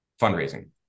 fundraising